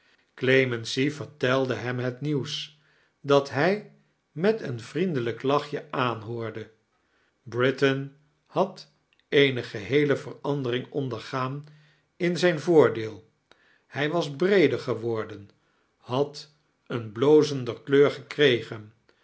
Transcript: clemency vertelde hem het nieiuws dat hij met een vriendelijk lachje aanhoorde britain had eene geheeite verandering ondergaan in zijn voordeel hij was breeder geiwordea had eene blozender kleur